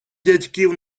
дядьків